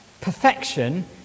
perfection